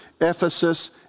Ephesus